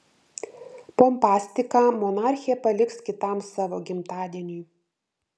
pompastiką monarchė paliks kitam savo gimtadieniui